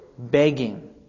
begging